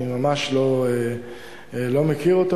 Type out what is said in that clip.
אני ממש לא מכיר אותו.